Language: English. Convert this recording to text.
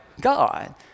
God